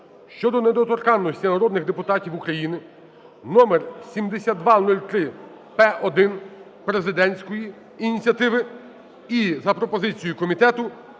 (щодо недоторканності народних депутатів України) (№ 7203/П1) президентської ініціативи. І за пропозицією комітету